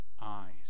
eyes